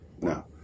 No